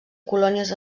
colònies